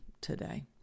today